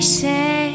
say